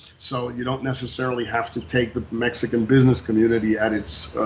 so you don't necessarily have to take the mexican business community at it's,